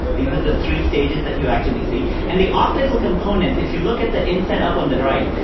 these are the three stages that you actually see. and the optical components, if you look at the inset up on the right,